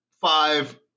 five